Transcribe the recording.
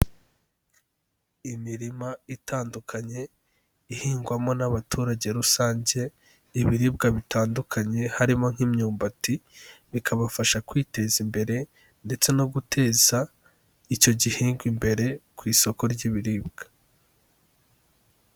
Imirima itandukanye ihingwamo n'abaturage rusange ibiribwa bitandukanye, harimo nk'imyumbati, bikabafasha kwiteza imbere ndetse no guteza icyo gihingwa imbere ku isoko ry'ibiribwa.